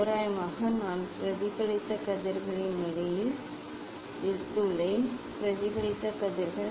தோராயமாக நான் பிரதிபலித்த கதிர்களின் நிலையில் எடுத்துள்ளேன் பிரதிபலித்த கதிர்கள்